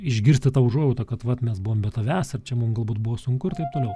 išgirsti tą užuojautą kad vat mes buvom be tavęs ir čia mum galbūt buvo sunku ir taip toliau